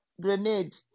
grenade